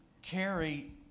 carry